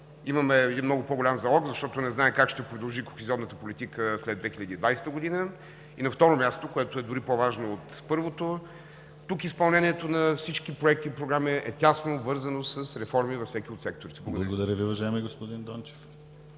имаме един много по-голям залог, защото не зная как ще продължи кохезионната политика след 2020 г. и, на второ място, което е дори по-важно от първото: тук изпълнението на всички проекти и програми е тясно обвързано с реформи във всеки от секторите. ПРЕДСЕДАТЕЛ ДИМИТЪР ГЛАВЧЕВ: Благодаря Ви, уважаеми господин Дончев.